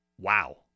Wow